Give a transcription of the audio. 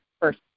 first